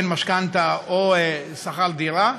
בין משכנתה ובין שכר דירה,